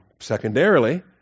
secondarily